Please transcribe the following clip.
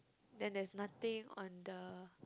then there's nothing on the